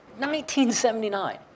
1979